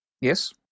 Yes